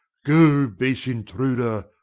go, base intruder,